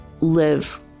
live